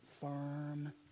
firm